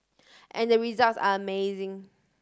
and the results are amazing